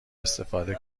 استفاده